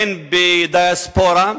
הן ב-diaspora,